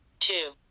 two